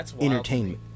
entertainment